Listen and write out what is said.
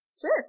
sure